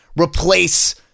replace